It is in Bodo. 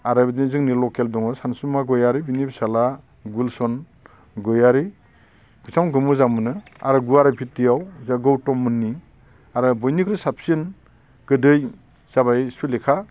आरो बिदिनो जोंनो लकेल दङ सानसुमा गयारि बिनि फिसाज्ला गुलसन गयारि बिथांमोनखौ मोजां मोनो आरो गुवारेफिथिआव जा गौतम मोननि आरो बयनिबो साबसिन गोदैया जाबाय सुलेखा